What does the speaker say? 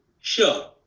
Sure